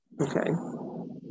okay